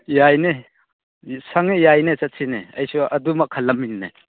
ꯌꯥꯏꯅꯦ ꯁꯪꯉꯦ ꯌꯥꯏꯅꯦ ꯆꯠꯁꯤꯅꯦ ꯑꯩꯁꯨ ꯑꯗꯨꯃꯛ ꯈꯜꯂꯝꯃꯤꯅꯦ